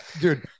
dude